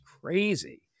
crazy